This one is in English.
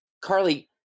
Carly